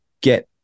get